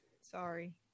sorry